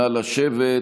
נא לשבת.